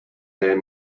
their